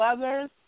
leathers